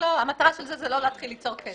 המטרה של זה היא לא להתחיל ליצור קשר.